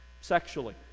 Sexually